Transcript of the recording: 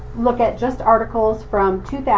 look at just articles from two